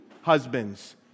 husbands